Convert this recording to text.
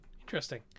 Interesting